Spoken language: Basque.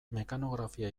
mekanografia